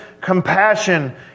compassion